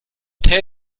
täte